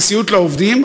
זה סיוט לעובדים,